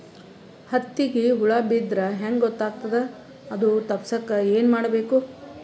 ಹತ್ತಿಗ ಹುಳ ಬಿದ್ದ್ರಾ ಹೆಂಗ್ ಗೊತ್ತಾಗ್ತದ ಅದು ತಪ್ಪಸಕ್ಕ್ ಏನ್ ಮಾಡಬೇಕು?